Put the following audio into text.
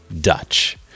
Dutch